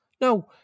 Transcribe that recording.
no